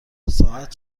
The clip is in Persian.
ساعت